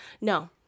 No